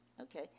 okay